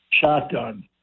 Shotgun